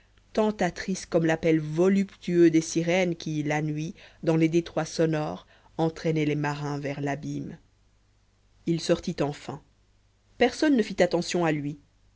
tentatrice comme l'appel voluptueux des sirènes qui la nuit dans les détroits sonores entraînaient les marins vers l'abîme il sortit enfin personne ne fit attention à lui